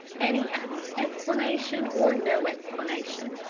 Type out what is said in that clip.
anyhow, explanation or no explanation,